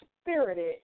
spirited